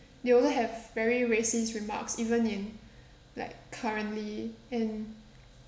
they also have very racist remarks even in like currently in